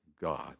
God